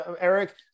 Eric